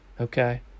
Okay